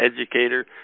educator